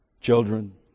children